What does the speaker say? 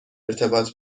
ارتباط